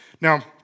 Now